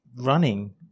running